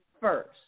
first